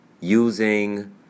using